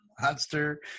monster